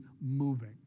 moving